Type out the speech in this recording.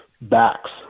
backs